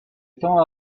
tant